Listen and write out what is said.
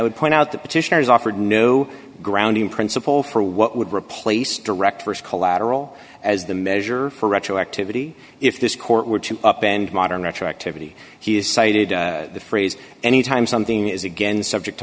would point out the petitioners offered no ground in principle for what would replace direct st collateral as the measure for retroactivity if this court were to up and modern retroactivity he is cited the phrase anytime something is again subject to